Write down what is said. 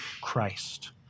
Christ